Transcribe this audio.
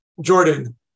Jordan